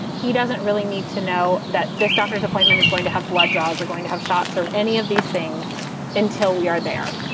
he doesn't really need to know that this doctor's appointment is going to have blood draws, are going to have shots or any of these things until we are there.